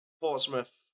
Portsmouth